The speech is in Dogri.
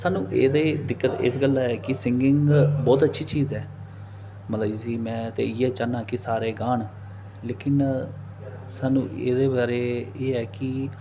स्हान्नूं एह् दे दिक्कत इस गल्ला ऐ कि सिंगिंग बहुत अच्छी चीज ऐ मतलब इसी में इ'यै चाह्ना कि सारे गान लेकिन स्हान्नूं एह्दे बारै एह् ऐ कि